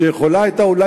שיכולה היתה,